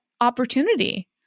opportunity